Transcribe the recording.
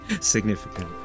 significant